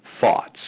thoughts